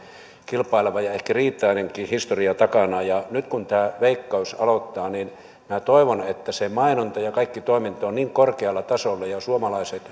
kilpaileva ja ehkä riitainenkin historia takana nyt kun tämä veikkaus aloittaa niin minä toivon että se mainonta ja kaikki toiminta on korkealla tasolla ja suomalaiset